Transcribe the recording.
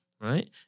Right